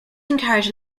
encourage